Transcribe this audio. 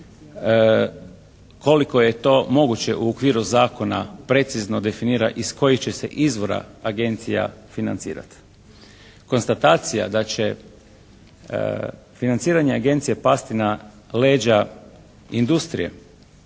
koliko je to moguće u okviru zakona precizno definira iz kojih će se izvora agencija financirati. Konstatacija da će financiranje agencije pasti na leđa industrije